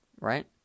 right